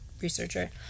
researcher